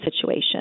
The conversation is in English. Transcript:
situation